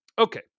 Okay